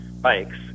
bikes